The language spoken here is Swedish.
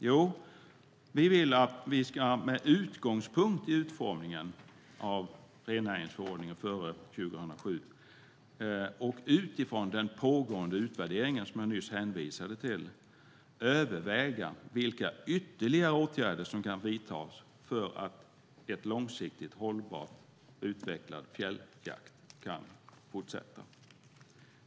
Jo, vi vill att vi, med utgångspunkt i utformningen av rennäringsförordningen före 2007 och utifrån den pågående utvärderingen som jag nyss hänvisade till, ska överväga vilka ytterligare åtgärder som kan vidtas för att en långsiktigt hållbar och utvecklad fjälljakt kan bedrivas.